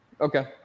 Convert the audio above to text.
Okay